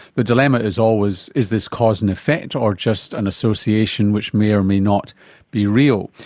the dilemma is always is this cause and effect or just an association which may or may not be real.